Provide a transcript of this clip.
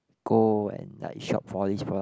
go and like shop for all these product